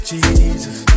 Jesus